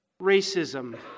racism